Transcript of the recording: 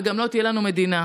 וגם לא תהיה לנו מדינה.